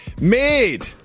made